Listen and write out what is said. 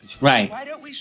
Right